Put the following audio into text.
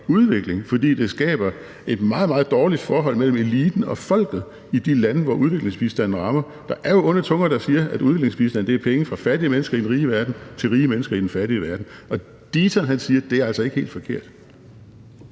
fordi det skaber et meget, meget dårligt forhold mellem eliten og folket i de lande, hvor udviklingsbistanden rammer. Der er jo onde tunger, der siger, at udviklingsbistand er penge fra fattige mennesker i den rige verden til rige mennesker i den fattige verden. Og Deaton siger, at det altså ikke er helt forkert.